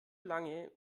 lange